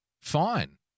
Fine